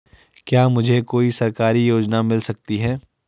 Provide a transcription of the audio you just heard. क्या मुझे कोई सरकारी योजना मिल सकती है?